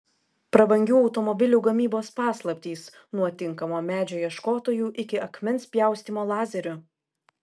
prabangių automobilių gamybos paslaptys nuo tinkamo medžio ieškotojų iki akmens pjaustymo lazeriu